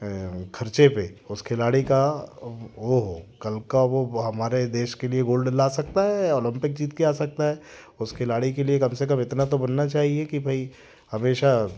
खर्चे पे उस खिलाड़ी का वो कल का वो हमारे देश के लिए गोल्ड ला सकता है ओलंपिक जीत के आ सकता है उस खिलाड़ी के लिए कम से कम इतना तो बनना चाहिए कि भाई हमेशा